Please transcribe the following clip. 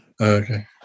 Okay